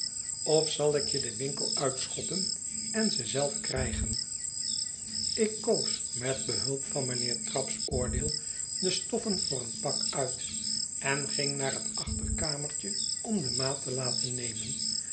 of zal ik je den winkel uitschoppen en ze zelf krijgen ik koos met behulp van mijnheer trabb's oordeel de stoffen voor een pak uit en ging naar het achterkamertje om de maat te laten nemen